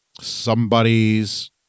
somebody's